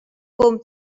kuum